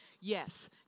Yes